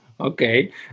Okay